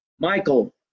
Michael